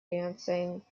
dancing